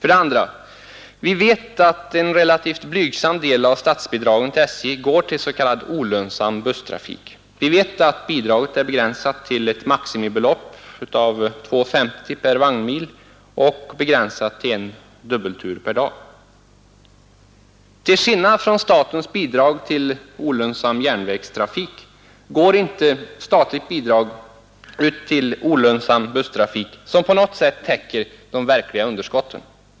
2. Vi vet att en relativt blygsam del av statsbidragen till SJ går till s.k. olönsam busstrafik. Vi vet att bidraget är begränsat till ett maximibelopp på 2:50 per vagnmil och begränsat till en dubbeltur per dag. Till skillnad från statens bidrag till olönsam järnvägstrafik utgår inte ett statligt bidrag till olönsam busstrafik som på något sätt täcker de verkliga underskotten.